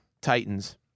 Titans